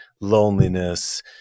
loneliness